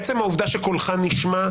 עצם העובדה שקולך נשמע,